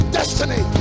destiny